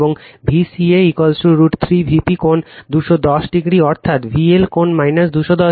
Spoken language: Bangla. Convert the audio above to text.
এবং Vca √√ 3 Vp কোণ 210o অর্থাৎ VL কোণ 210o